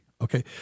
Okay